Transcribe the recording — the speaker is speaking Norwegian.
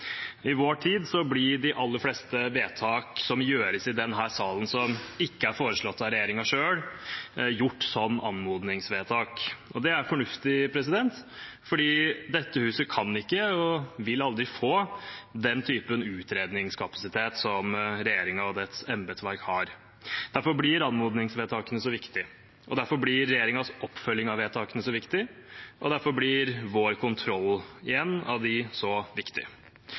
I vår tid blir de aller fleste vedtak som gjøres i denne salen, som ikke er foreslått av regjeringen selv, gjort som anmodningsvedtak. Det er fornuftig, fordi dette huset har ikke, og vil aldri få, den typen utredningskapasitet som regjeringen og dens embetsverk har. Derfor blir anmodningsvedtakene så viktig, derfor blir regjeringens oppfølging av vedtakene så viktig og derfor blir vår kontroll av dem igjen så viktig.